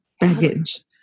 baggage